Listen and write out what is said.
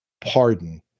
pardon